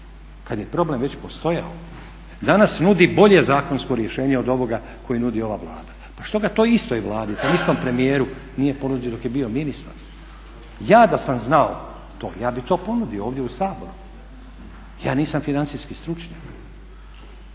kada je problem već postojao, danas nudi bolje zakonsko rješenje od ovoga koji nudi ova Vlada. Pa što ga toj istoj Vladi, tom istom premijeru nije ponudio dok je bio ministar? Ja da sam znao to ja bih to ponudio ovdje u Saboru. Ja nisam financijski stručnjak.